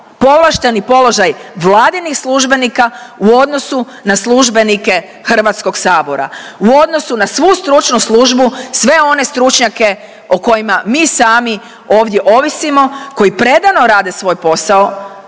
povlašteni položaj vladinih službenika u odnosu na službenike HS, u odnosu na svu stručnu službu, sve one stručnjake o kojima mi sami ovdje ovisimo, koji predano rade svoj posao,